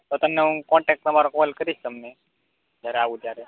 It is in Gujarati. તો તમને હું કોન્ટેક તમારો કોલ કરીશ તમને જ્યારે આવું ત્યારે